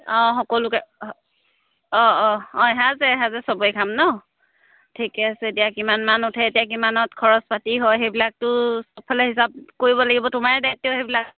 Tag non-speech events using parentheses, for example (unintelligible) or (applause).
অঁ সকলোকে অঁ অঁ অঁ (unintelligible) চবেই খাম ন ঠিকে আছে এতিয়া কিমান উঠে এতিয়া কিমানত খৰচ পাতি হয় সেইবিলাকতো চবফালে হিচাপ কৰিব লাগিব তোমাৰ দায়িত্ব সেইবিলাক